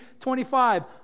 25